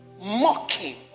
mocking